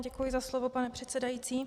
Děkuji za slovo, pane předsedající.